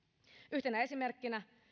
yhtenä esimerkkinä